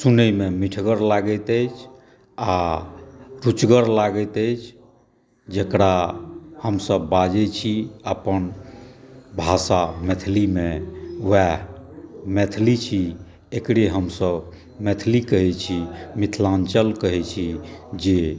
सुनयमे मिठगर लागैत अछि आ पुचगर लागैत अछि जेकरा हमसभ बाजै छी अपन भाषा मैथिलीमे वएह मैथिली छी एकरे हमसभ मैथिली कहै छी मिथिलाञ्चल कहै छी जे